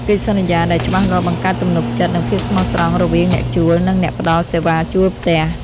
កិច្ចសន្យាដែលច្បាស់លាស់បង្កើតទំនុកចិត្តនិងភាពស្មោះត្រង់រវាងអ្នកជួលនិងអ្នកផ្តល់សេវាជួលផ្ទះ។